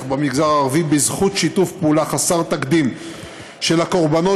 במגזר הערבי בזכות שיתוף פעולה חסר תקדים של הקורבנות,